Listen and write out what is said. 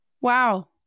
Wow